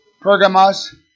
Pergamos